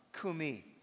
kumi